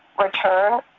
return